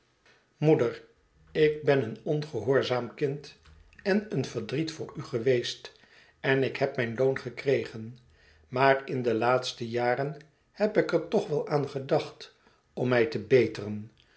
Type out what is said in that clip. moeder ik ben een ongehoorzaam kind en een verdriet voor u geweest en ik heb mijn loon gekregen maar in de laatste jaren heb ik er toch wel aan gedacht om mij te beteren